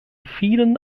vielen